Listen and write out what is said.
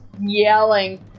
yelling